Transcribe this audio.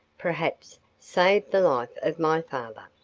perhaps, saved the life of my father.